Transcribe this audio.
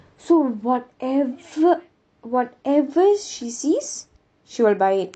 so whatever whatever she sees she will buy it